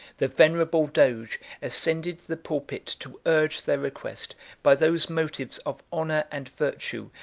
the venerable doge ascended the pulpit to urge their request by those motives of honor and virtue,